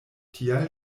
tial